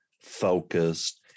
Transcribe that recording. focused